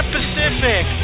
Pacific